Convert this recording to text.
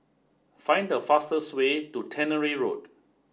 find the fastest way to Tannery Road